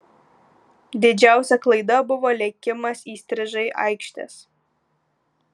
didžiausia klaida buvo lėkimas įstrižai aikštės